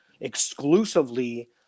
exclusively